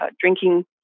drinking